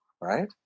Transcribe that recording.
right